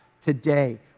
today